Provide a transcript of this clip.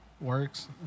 works